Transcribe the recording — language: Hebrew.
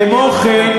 כמו כן,